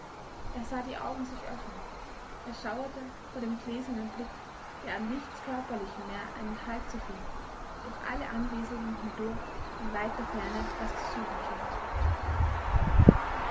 er sah die augen sich öffnen erschauerte vor dem gläsernen blick der an nichts körperlichem mehr einen halt zu finden durch alle anwesenden hindurch in weiter ferne was zu suchen schien